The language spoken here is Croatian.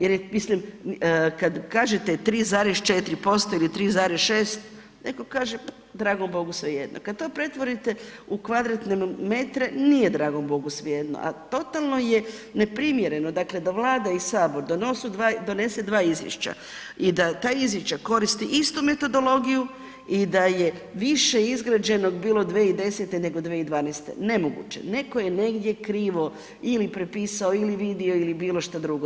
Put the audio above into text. Jer kad kažete 3,4% ili 3,6 neko naže dragom Bogu svejedno, kada to pretvorite u kvadratne metre, nije dragom bogu svejedno a totalno je neprimjerno dakle da Vlada i sabor donese dva izvješća i da ta izvješća koristi istu metodologiju i da je više izgrađenog bilo 2010. nego 2012., nemoguće, netko je negdje krivo ili prepisao ili vidio ili bilo što drugo.